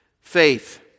Faith